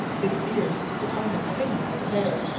his ears were almost hidden in his hair.